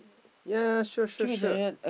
ya sure sure sure